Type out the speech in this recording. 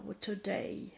today